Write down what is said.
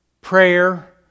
prayer